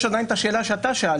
יש עדיין את השאלה ששאלת,